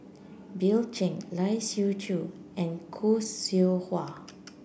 Bill Chen Lai Siu Chiu and Khoo Seow Hwa